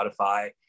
Spotify